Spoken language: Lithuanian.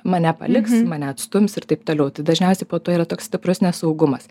mane paliks mane atstums ir taip toliau tai dažniausiai po to yra toks stiprus nesaugumas